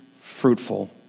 fruitful